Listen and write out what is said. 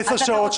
עשר שעות,